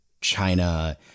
China